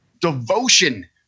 devotion